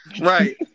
Right